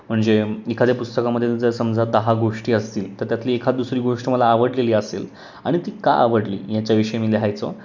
म्हणजे एखाद्या पुस्तकामधील जर समजा दहा गोष्टी असतील तर त्यातली एखाद दुसरी गोष्ट मला आवडलेली असेल आणि ती का आवडली याच्याविषयी मी लिहायचो